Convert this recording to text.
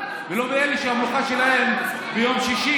ולא באלה שהמנוחה שלהם היא ביום שבת,